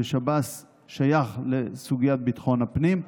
ושב"ס שייך לסוגיית ביטחון הפנים.